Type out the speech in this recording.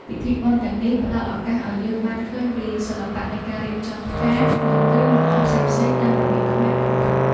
ពិធីបុណ្យទាំងនេះផ្តល់ឱកាសឱ្យយើងបានឃើញពីសិល្បៈនៃការរៀបចំផ្កា និងគ្រឿងលម្អផ្សេងៗតាមរបៀបខ្មែរពិតៗ។